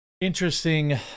Interesting